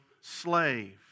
slave